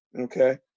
okay